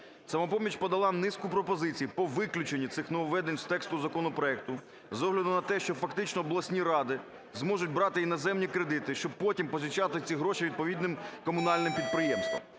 "Самопоміч" подала низку пропозицій по виключенню цих нововведень з тексту законопроекту з огляду на те, що фактично обласні ради зможуть брати іноземні кредити, щоб потім позичати ці гроші відповідним комунальним підприємствам.